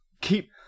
keep